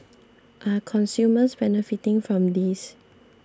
are consumers benefiting from this